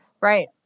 Right